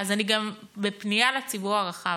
אז אני גם בפנייה לציבור הרחב: